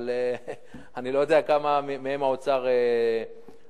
אבל אני לא יודע כמה מהן האוצר יקבל.